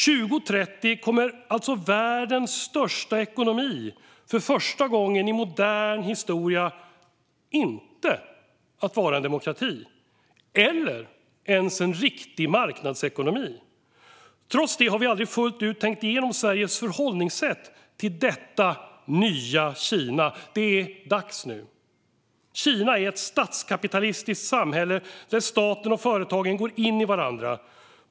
År 2030 kommer världens största ekonomi för första gången i modern historia inte att vara en demokrati eller ens en riktig marknadsekonomi. Trots det har vi aldrig fullt ut tänkt igenom Sveriges förhållningsätt till detta nya Kina. Det är dags nu. Kina är ett statskapitalistiskt samhälle där staten och företagen går in i varandra.